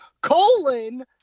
colon